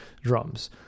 drums